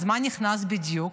אז מה נכנס בדיוק?